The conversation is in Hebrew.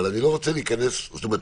אבל אני לא רוצה להיכנס זאת אומרת,